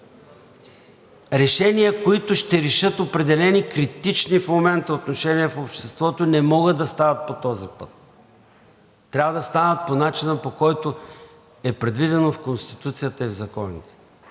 Решения, които ще решат определени критични в момента отношения в обществото не могат да стават по този път. Трябва да станат по начина, по който е предвидено в Конституцията и в законите.